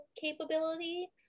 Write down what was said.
capability